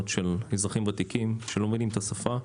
של אזרחים ותיקים שלא מבינים את השפה.